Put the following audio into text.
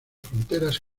fronteras